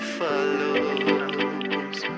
follows